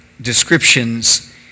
descriptions